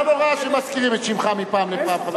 לא נורא שמזכירים את שמך מפעם לפעם,